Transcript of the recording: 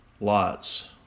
lots